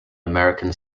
american